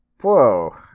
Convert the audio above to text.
Whoa